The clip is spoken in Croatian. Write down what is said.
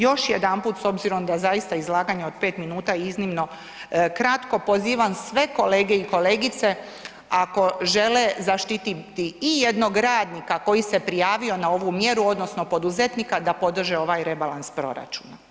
Još jedanput, s obzirom da zaista izlaganje od 5 minuta je iznimno kratko, pozivam sve kolege i kolegice, ako žele zaštititi i jednog radnika koji se prijavio na ovu mjeru, odnosno poduzetnika, da podrže ovaj rebalans proračuna.